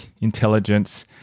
intelligence